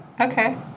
Okay